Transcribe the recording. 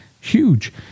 huge